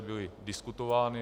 Byly diskutovány.